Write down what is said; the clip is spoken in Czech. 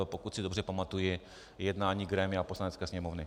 Pokud si dobře pamatuji jednání grémia Poslanecké sněmovny.